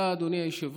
תודה, אדוני היושב-ראש.